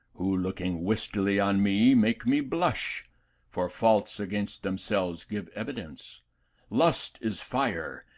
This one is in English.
who, looking wistely on me, make me blush for faults against themselves give evidence lust is fire,